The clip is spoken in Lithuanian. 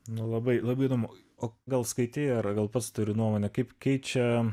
nu labai labai įdomu o gal skaitei ar gal pats turi nuomonę kaip keičia